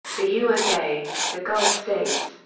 the usa, the gulf states,